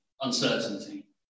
uncertainty